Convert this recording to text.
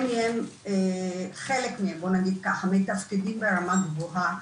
חלק מהם מתפקדים ברמה גבוהה.